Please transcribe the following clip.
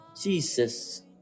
Jesus